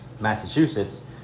Massachusetts